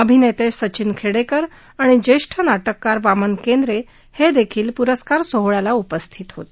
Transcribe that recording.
अभिनेते सचिन खेडेकर ाणि ज्येष्ठ नाटककार वामन केंद्रे हे देखील पुरस्कार सोहळ्याला उपस्थित होते